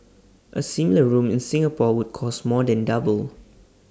A similar room in Singapore would cost more than double